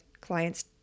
clients